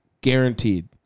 guaranteed